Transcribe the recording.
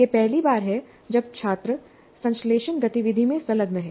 यह पहली बार है जब छात्र संश्लेषण गतिविधि में संलग्न हैं